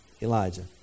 Elijah